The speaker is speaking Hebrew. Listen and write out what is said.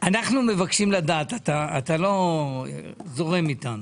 אנחנו מבקשים לדעת, אתה לא זורם איתנו: